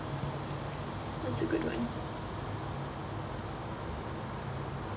that's a good one